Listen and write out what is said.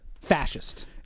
fascist